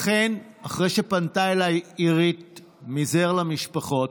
לכן, אחרי שפנתה אליי עירית מ"זר למשפחות"